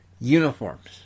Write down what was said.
uniforms